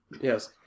Yes